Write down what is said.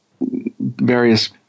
various